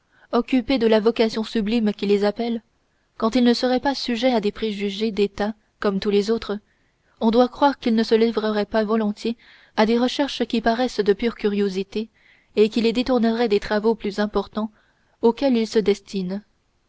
occupés de la vocation sublime qui les appelle quand ils ne seraient pas sujets à des préjugés d'état comme tous les autres on doit croire qu'ils ne se livreraient pas volontiers à des recherches qui paraissent de pure curiosité et qui les détourneraient des travaux plus importants auxquels ils se destinent